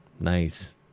nice